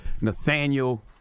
Nathaniel